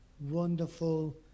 wonderful